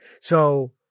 So-